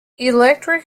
electric